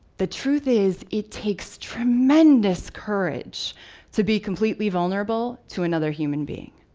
the truth is, it takes tremendous courage to be completely vulnerable to another human being.